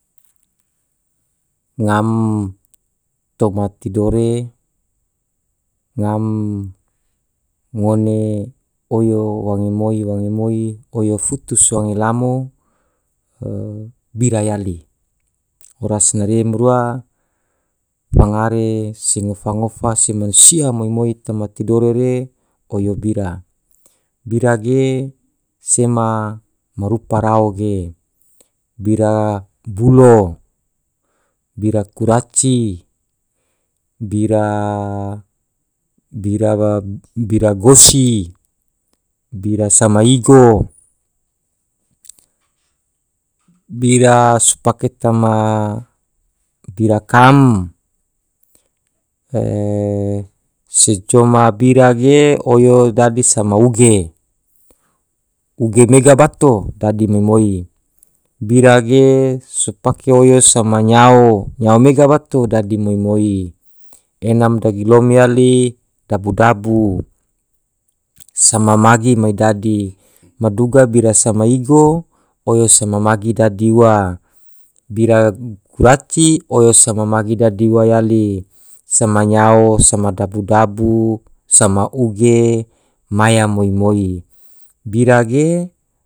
ngam toma tidore ngam ngone oyo wange moi wange moi oyo futu se wange lamo, bira yali oras nare mrua fangare se ngofa ngofa se mansia moi moi toma tidore re oyo bira. bira ge sema marupa rao ge bira bulo. bira kuraci. bira- bira gosi. bira sama igo. bira so pake tama bira kam se coma bira ge oyo dadi sama uge, uge mega bato dadi moi moi bira ge sopake oyo sama nyao. nyao mega bato dadi moi moi ena ma dagilom yali dabu dabu sama magi mai dadi madunga bira sama igo oyo sema magi dadi ua bira kuraci oyo sama magi dadi ua yali sema nyao sama dabu dabu, sama uge maya moi moi bira ge.